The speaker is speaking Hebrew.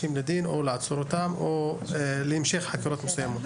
אנשים לדין או לעצור אותם או להמשך חקירות מסוימות.